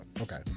Okay